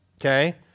Okay